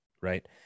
right